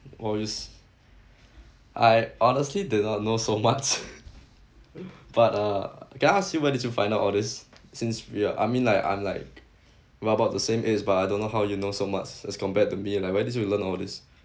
I honestly do not know so much but uh can I ask you where did you find out all this since we're I mean like I'm like we're about the same age but I don't know how you know so much as compared to me like where did you learn all this